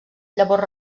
llavors